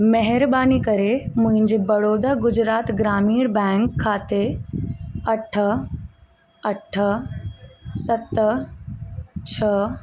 महिरबानी करे मुंहिंजे बड़ोदा गुजरात ग्रामीण बैंक खाते अठ अठ सत छह